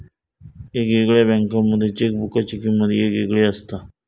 येगयेगळ्या बँकांमध्ये चेकबुकाची किमंत येगयेगळी असता